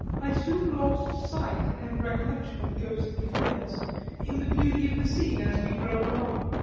i soon lost sight and recollection of ghostly fears in the beauty of the scene as we drove along,